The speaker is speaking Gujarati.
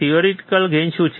થિયોરિટીકલ ગેઇન શું છે